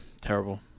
Terrible